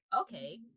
okay